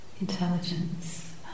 intelligence